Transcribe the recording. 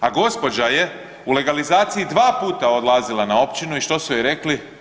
A gospođa je u legalizaciji dva puta odlazila na općinu i što su joj rekli?